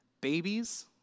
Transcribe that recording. Babies